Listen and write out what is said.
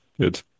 good